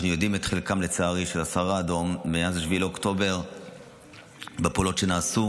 אנחנו יודעים מה חלקם של הסהר האדום בפעולות שנעשו